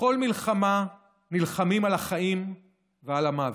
בכל מלחמה נלחמים על החיים ועל המוות,